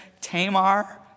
Tamar